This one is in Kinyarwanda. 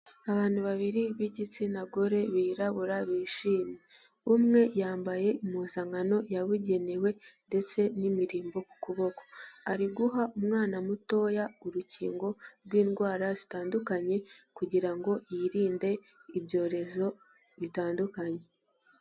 Abantu babiri b'igitsina gore birabura bishimye. Umwe yambaye impuzankano yabugenewe ndetse n'imirimbo ku kuboko. Ari guha umwana mutoya urukingo rw'indwara zitandukanye, kugira ngo yirinde ibyorezo bitandukanye.